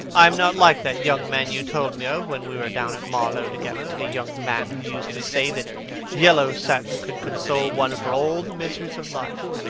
i am not like that young man you told me of when we were down at marlow together, the young man who used to say that yellow satin could console one for all the miseries of life.